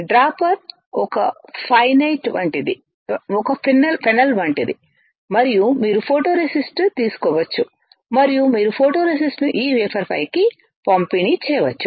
dropper ఒకఫెన్నెల్ వంటిది మరియు మీరు ఫోటోరేసిస్ట్ తీసుకోవచ్చు మరియు మీరు ఫోటోరెసిస్ట్ను ఈ వేఫర్ పైకి పంపిణీ చేయవచ్చు